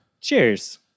Cheers